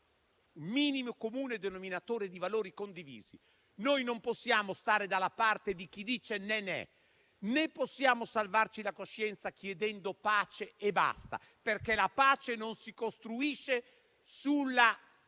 minimo comun denominatore di valori condivisi. Non possiamo stare dalla parte di chi dice: né, né. E neanche possiamo salvarci la coscienza chiedendo pace e basta, perché la pace non si costruisce sulla